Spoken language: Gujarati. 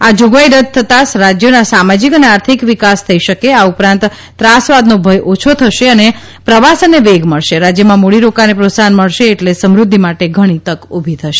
આ જાગવાઇ રદદ્યતાં રાજ્યનો સામાજકિ અને આર્થક્વિક્રિસ થઇ શકે આ ઉપરાંત ત્રાસવાદનોભય ઓછો થશે અને પ્રવાસનનેવેગ મળશે રાજ્યમાં મૂડી રોકાણને પ્રોત્સાહમ્રળશે એટલે સમૃદ્ધાટિ ઘણી તક ઉભી થશે